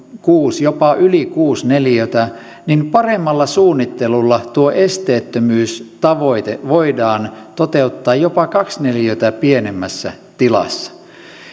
jopa yli kuusi neliötä niin paremmalla suunnittelulla tuo esteettömyystavoite voidaan toteuttaa jopa kaksi neliötä pienemmässä tilassa